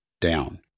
down